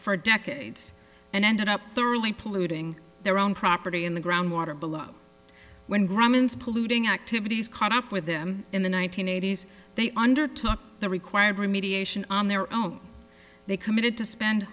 for decades and ended up thoroughly polluting their own property in the groundwater below when grumman's polluting activities caught up with them in the one nine hundred eighty s they undertook the required remediation on their own they committed to spend